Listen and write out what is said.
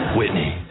Whitney